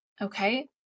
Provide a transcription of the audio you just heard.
Okay